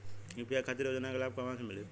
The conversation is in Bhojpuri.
यू.पी खातिर के योजना के लाभ कहवा से मिली?